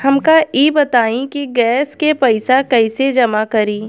हमका ई बताई कि गैस के पइसा कईसे जमा करी?